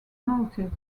noted